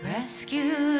Rescue